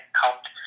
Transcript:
helped